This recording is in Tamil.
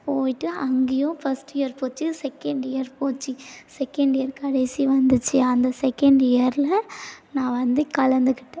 போய்ட்டு அங்கேயும் ஃபஸ்ட்டு இயர் போச்சு செகண்ட் இயர் போச்சு செகண்ட் இயர் கடைசி வந்துச்சு அந்த செகண்ட் இயரில் நான் வந்து கலந்துக்கிட்டேன்